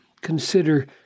Consider